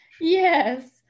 Yes